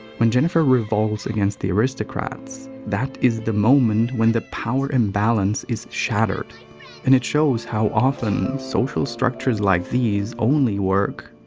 when jennifer revolts against the aristocrats. that is the moment when the power imbalance is shattered and it shows how often social structures like these only work.